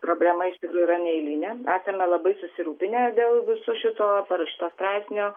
problema iš tikrųjų yra neeilinė esame labai susirūpinę dėl viso šito parašyto straipsnio